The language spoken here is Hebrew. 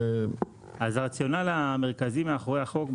אז הרציונל המרכזי אחרי החוק,